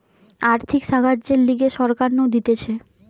আর্থিক সাহায্যের লিগে সরকার নু দিতেছে